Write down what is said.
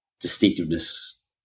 distinctiveness